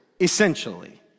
essentially